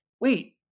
wait